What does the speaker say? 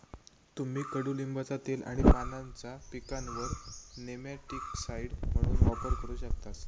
तुम्ही कडुलिंबाचा तेल आणि पानांचा पिकांवर नेमॅटिकसाइड म्हणून वापर करू शकतास